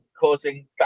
causing